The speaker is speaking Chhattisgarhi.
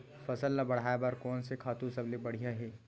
फसल ला बढ़ाए बर कोन से खातु सबले बढ़िया हे?